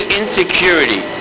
insecurity